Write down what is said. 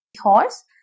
horse